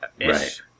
Right